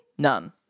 None